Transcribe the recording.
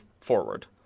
forward